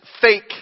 fake